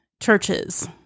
churches